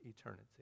eternity